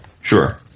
Sure